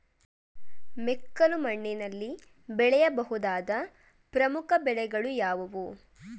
ಮೆಕ್ಕಲು ಮಣ್ಣಿನಲ್ಲಿ ಬೆಳೆಯ ಬಹುದಾದ ಪ್ರಮುಖ ಬೆಳೆಗಳು ಯಾವುವು?